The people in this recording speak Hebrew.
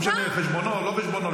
לא משנה על חשבונו או לא על חשבונו.